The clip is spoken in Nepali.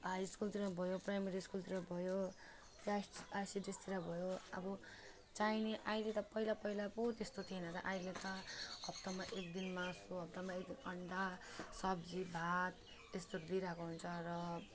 हाई स्कुलतिर भयो प्राइमेरी स्कुलतिर भयो यो आइस आइसिडिएसतिर भयो अब चाहिने अहिले त पहिला पहिला पो त्यस्तो थिएन त अहिले त हप्तामा एकदिन मासु हप्तामा एकदिन अन्डा सब्जी भात यस्तो दिइरहेको हुन्छ र